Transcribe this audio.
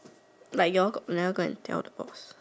like you all got never go and tell the boss